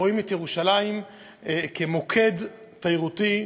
רואים את ירושלים כמוקד תיירותי.